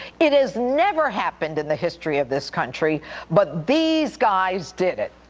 it has never happened in the history of this country but these guys did it.